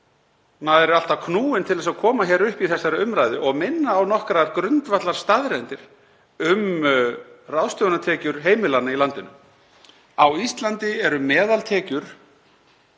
maður er alltaf knúinn til að koma upp í þessari umræðu og minna á nokkrar grundvallarstaðreyndir um ráðstöfunartekjur heimilanna í landinu. Á Íslandi eru meðaltekjur